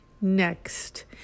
next